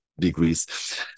degrees